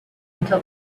until